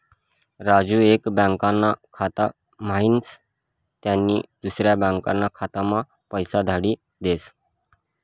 राजू एक बँकाना खाता म्हाईन त्यानी दुसरी बँकाना खाताम्हा पैसा धाडी देस